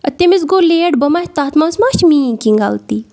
اَدٕ تٔمِس گوٚو لیٹ بہٕ ما تَتھ منٛز ما چھِ میٛٲنۍ کینٛہہ غلطی